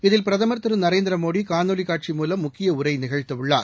இதில் பிரதமர் திரு நரேந்திரமோடி காணொலி காட்சி மூலம் முக்கிய உரை நிகழ்த்த உள்ளார்